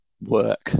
Work